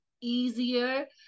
easier